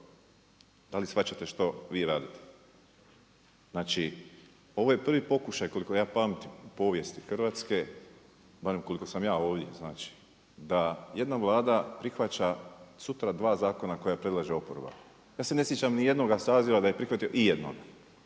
Da li shvaćate što vi radite? Znači ovo je prvi koliko ja pamtim u povijesti Hrvatske, barem koliko sam ja ovdje, znači, da jedna Vlada prihvaća sutra 2 zakona koja predlaže oporba. Ja se ne sjećam ni jednoga saziva da je prihvatio ijednog.